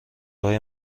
های